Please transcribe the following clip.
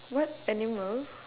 what animal